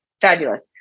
Fabulous